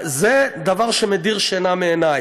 זה דבר שמדיר שינה מעיני.